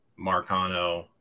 Marcano